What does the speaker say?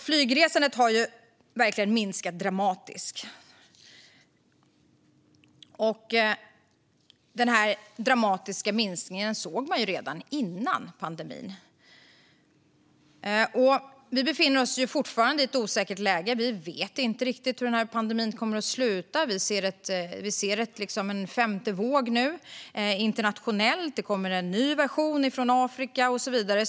Flygresandet har verkligen minskat dramatiskt. Den dramatiska minskningen syntes redan innan pandemin. Vi befinner oss fortfarande i ett osäkert läge. Vi vet inte riktigt hur pandemin kommer att sluta, och vi ser en femte våg internationellt. Det kommer en ny version från Afrika, och så vidare.